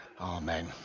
Amen